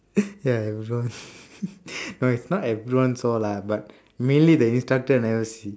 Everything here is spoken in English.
ya it was no it's not everyone saw lah but mainly the instructor never see